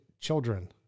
children